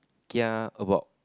kia about